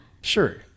Sure